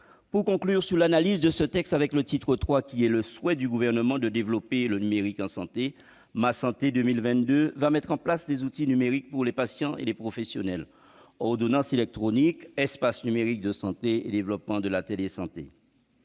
Pour conclure mon analyse de ce texte, j'évoquerai le titre III, qui répond au souhait du Gouvernement de développer le numérique en santé. Ma Santé 2022 permettra de mettre en place des outils numériques pour les patients et les professionnels : ordonnance électronique, espace numérique de santé et développement de la télésanté.